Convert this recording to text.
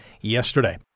yesterday